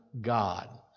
God